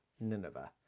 Nineveh